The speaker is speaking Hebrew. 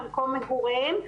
למקום מגוריהם.